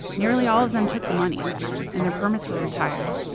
nearly all of them took the money and their permits were retired.